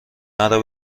مرا